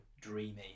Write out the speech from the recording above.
dreamy